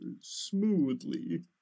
smoothly